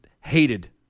hated